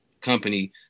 company